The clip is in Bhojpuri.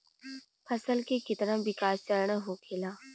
फसल के कितना विकास चरण होखेला?